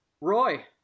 Roy